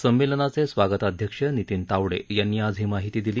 संमेलनाचे स्वागताध्यक्ष नितीन तावडे यांनी आज ही माहिती दिली